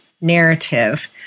narrative